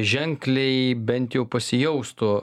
ženkliai bent jau pasijaustų